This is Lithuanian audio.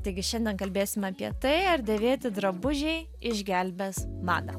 taigi šiandien kalbėsim apie tai ar dėvėti drabužiai išgelbės madą